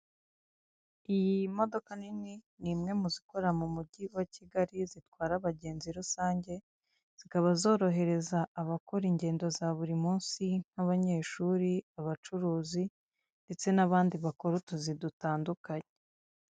Iyi modoka nini ni imwe mu zikora mu mujyi wa Kigali zitwara abagenzi rusange, zikaba zorohereza abakora ingendo za buri munsi nk'abanyeshuri, abacuruzi ndetse n'abandi bakora utuzi dutandukanye.